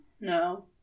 No